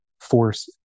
force